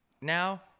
Now